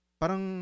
parang